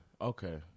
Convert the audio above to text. okay